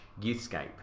youthscape